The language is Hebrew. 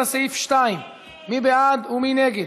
לסעיף 2. מי בעד ומי נגד?